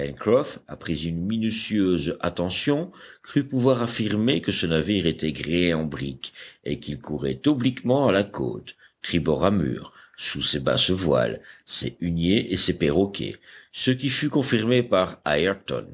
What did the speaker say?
après une minutieuse attention crut pouvoir affirmer que ce navire était gréé en brick et qu'il courait obliquement à la côte tribord amures sous ses basses voiles ses huniers et ses perroquets ce qui fut confirmé par